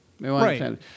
Right